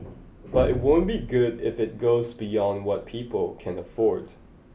but it won't be good if it goes beyond what people can afford